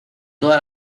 toda